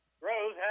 Rose